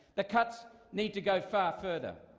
the cuts need to go far further.